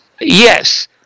yes